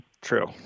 True